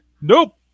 Nope